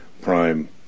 Prime